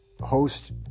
host